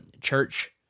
church